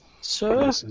Sir